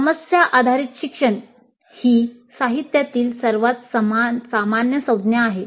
समस्या आधारित शिक्षण ही साहित्यातली सर्वात सामान्य संज्ञा आहे